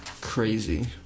crazy